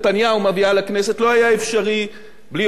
לא היה אפשרי בלי אור ירוק של ראש הממשלה.